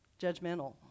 judgmental